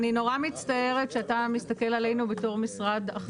אני נורא מצטערת שאתה מסתכל עלינו בתור משרד אחר.